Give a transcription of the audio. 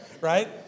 right